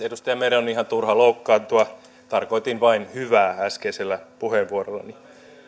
edustaja meren on ihan turha loukkaantua tarkoitin vain hyvää äskeisellä puheenvuorollani